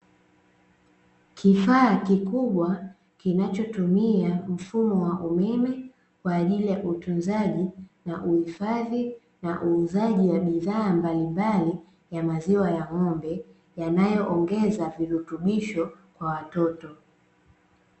Kifaa kikubwa kinachotumia mfumo wa umeme kwa ajili ya utunzaji, na uhifadhi na uuzaji wa bidhaa mbalimbali ya maziwa ya ng'ombe, yanayoongeza virutubisho kwa watoto.